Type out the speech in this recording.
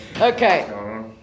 Okay